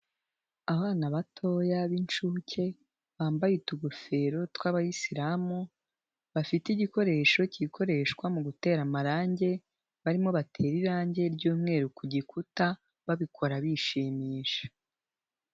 Abana batoya b'inshuke bambaye utugofero tw'abayisilamu, bafite igikoresho kikoreshwa mu gutera amarangi barimo batera irangi ry'umweru ku gikuta babikora bishimisha.